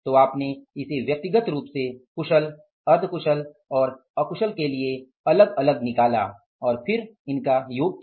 तो आपने इसे व्यक्तिगत रूप से कुशल अर्ध कुशल और अकुशल के लिए निकाला और फिर इसका योग किया